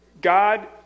God